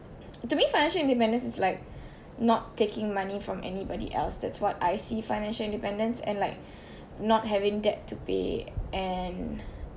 to me financial independence is like not taking money from anybody else that's what I see financial independence and like not having debt to pay and